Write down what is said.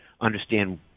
understand